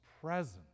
present